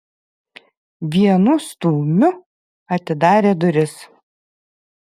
vienu stūmiu atidarė duris